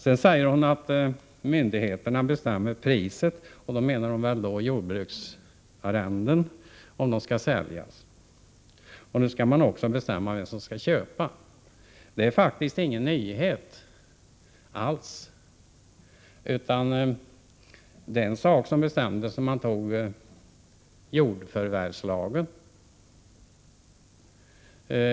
Mona Saint Cyr sade att myndigheterna bestämmer priset vid försäljning av jordbruksarrenden och att de nu också skall bestämma vem som skall bli köpare. Men det är faktiskt ingen nyhet. Det bestäms i jordförvärvslagen.